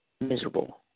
miserable